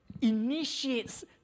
initiates